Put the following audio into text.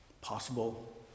possible